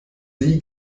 sie